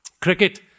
cricket